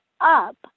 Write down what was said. up